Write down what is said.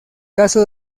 caso